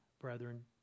brethren